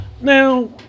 Now